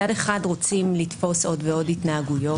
מצד אחד רוצים לתפוס עוד ועוד התנהגויות